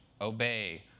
obey